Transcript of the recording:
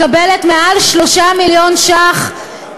מקבלת מעל 3 מיליון שקלים,